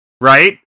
Right